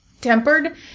tempered